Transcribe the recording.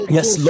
Yes